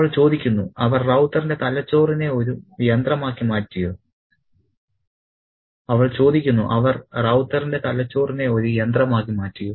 അവൾ ചോദിക്കുന്നു അവർ റൌത്തറിന്റെ തലച്ചോറിനെ ഒരു യന്ത്രമാക്കി മാറ്റിയോ